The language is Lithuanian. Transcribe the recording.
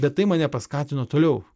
bet tai mane paskatino toliau